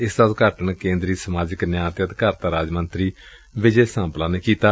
ਏਸ ਦਾ ਉਦਘਾਟਨ ਕੇਂਦਰੀ ਸਮਾਜਿਕ ਨਿਆਂ ਅਤੇ ਅਧਿਕਾਰਤਾ ਰਾਜ ਮੰਤਰੀ ਵਿਜੇ ਸਾਂਪਲਾ ਨੇ ਕੀਤਾ